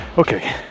Okay